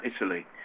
Italy